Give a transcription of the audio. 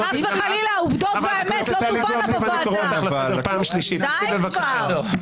ככה שמים רעל ושמים אותו באריזה ורודה עם צלופן.